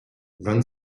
vingt